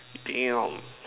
Dayum